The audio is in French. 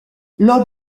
lors